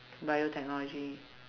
biotechnology